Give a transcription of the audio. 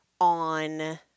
on